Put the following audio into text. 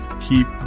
keep